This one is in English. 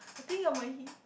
I think you are my he